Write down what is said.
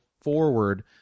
forward